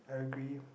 I agree